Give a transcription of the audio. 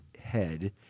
head